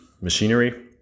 machinery